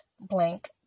blank